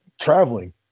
traveling